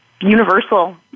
universal